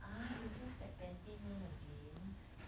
ah you use that Pantene one again